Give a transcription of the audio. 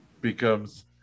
becomes